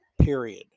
period